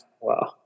Wow